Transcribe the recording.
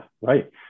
right